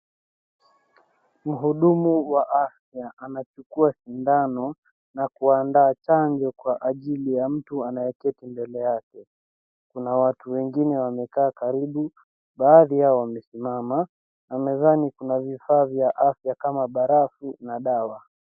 Mhudumu wa afya anachukua sindano na kuandaa chanjo kwa ajili ya mtu anayeketi mbele yake. Kuna watu wengine wamekaa karibu, baadhi yao wamesimama, na mezani kuna vifaa vya afya kama barafu na dawa.